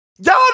Y'all